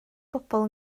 bobol